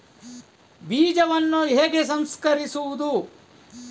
ಬೀಜವನ್ನು ಹೇಗೆ ಸಂಸ್ಕರಿಸುವುದು?